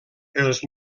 els